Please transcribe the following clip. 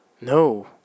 No